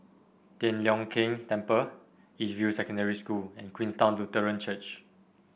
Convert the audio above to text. Tian Leong Keng Temple East View Secondary School and Queenstown Lutheran Church